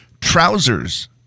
trousers